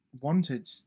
wanted